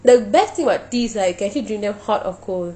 the best thing about teas right you can actually drink them hot or cold